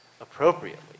appropriately